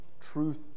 truth